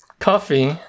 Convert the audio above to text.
coffee